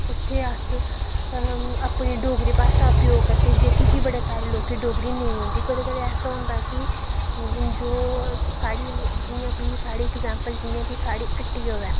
उत्थें अस अपनी डोगरी भाशा दा उपयोग करदे जेह्की कि बड़े सारें लोकें डोगरी नेईं औंदी केईं बारी केह् होंदा कि जो साढ़ी जियां कि फॉर अग्जैपल जियां कि साढ़ी हट्टी होऐ